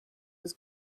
was